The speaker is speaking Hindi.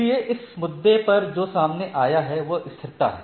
इसलिए इस मुद्दे पर जो सामने आया है वह स्थिरता है